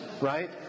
right